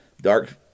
dark